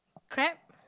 crab